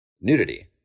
nudity